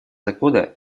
закона